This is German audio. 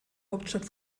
hauptstadt